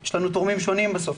יש לנו תורמים שונים בסוף,